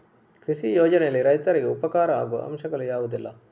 ಕೃಷಿ ಯೋಜನೆಯಲ್ಲಿ ರೈತರಿಗೆ ಉಪಕಾರ ಆಗುವ ಅಂಶಗಳು ಯಾವುದೆಲ್ಲ?